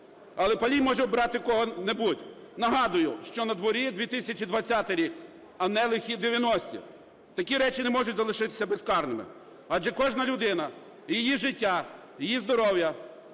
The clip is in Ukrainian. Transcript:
Але палій може обрати кого-небудь. Нагадую, що надворі 2020 рік, а не "лихі 90-і". Такі речі не можуть залишитися безкарними, адже кожна людина і її життя, її здоров'я,